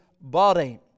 body